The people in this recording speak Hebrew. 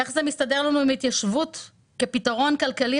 איך זה מסתדר לנו עם התיישבות כפתרון כלכלי